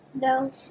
No